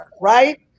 right